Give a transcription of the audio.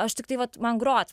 aš tiktai vat man grot